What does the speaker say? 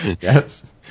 Yes